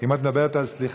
אם את מדברת על סליחה,